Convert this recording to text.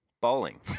bowling